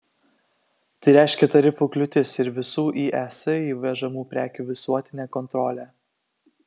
tai reiškia tarifų kliūtis ir visų į es įvežamų prekių visuotinę kontrolę